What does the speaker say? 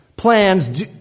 Plans